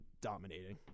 dominating